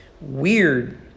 weird